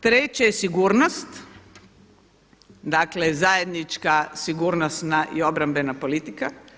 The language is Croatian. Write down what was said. Treće je sigurnost, dakle zajednička sigurnost i obrambena politika.